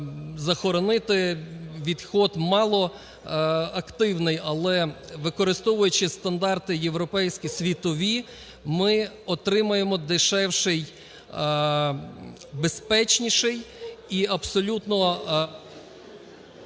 захоронити відхід малоактивний. Але використовуючи стандарти європейські світові, ми отримаємо дешевший, безпечніший і абсолютно